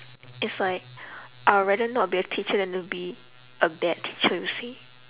it's like I'd rather not be a teacher than be a bad teacher you see